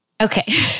Okay